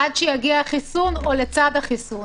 עד שיגיע החיסון או לצד החיסון.